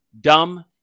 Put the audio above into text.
dumb